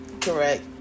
correct